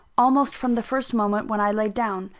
almost from the first moment when i laid down.